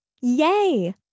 Yay